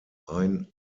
ein